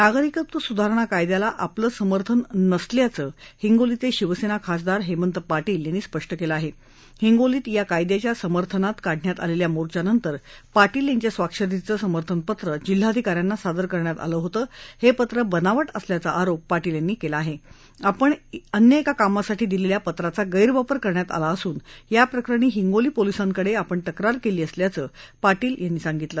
नागरिकत्व सुधारणा कायद्याला आपलं समर्थन नसल्याचं हिंगोलीचाशिवसत्ति खासदार हक्के पाटील यांनी स्पष्ट कलि आहा हिंगोलीत या कायद्याच्या समर्थनात काढण्यात आलव्वा मोर्चानंतर पाटील यांच्या स्वाक्षरीचं समर्थन पत्र जिल्हाधिकाऱ्यांना सादर करण्यात आलं होतं हा पत्र बनावट असल्याचा आरोप पाटील यांनी क्ला आह आपण अन्य एका कामासाठी दिलखा पत्राचा गैरवापर करण्यात आला असून या प्रकरणी हिंगोली पोलिसांकड्रापण तक्रार दाखल क्ली असल्याचं पाटील यांनी सांगितलं